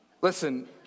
Listen